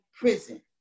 prison